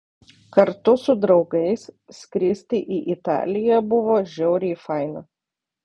kartu su draugais skristi į italiją buvo žiauriai faina